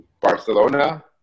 Barcelona